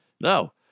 No